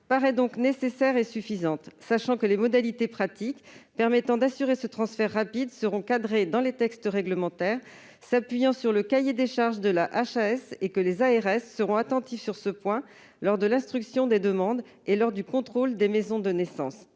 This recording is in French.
paraît donc nécessaire et suffisante, sachant que les modalités pratiques permettant d'assurer ce transfert rapide seront cadrées dans les textes réglementaires s'appuyant sur le cahier des charges de la HAS et sachant que les ARS seront attentives sur ce point lors de l'instruction des demandes et lors du contrôle des maisons de naissance.